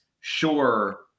sure